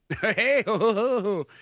hey